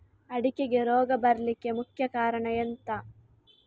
ಅಡಿಕೆಗೆ ರೋಗ ಬರ್ಲಿಕ್ಕೆ ಮುಖ್ಯ ಕಾರಣ ಎಂಥ?